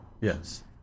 Yes